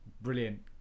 brilliant